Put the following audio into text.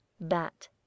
Bat